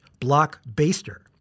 BlockBaster